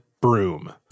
broom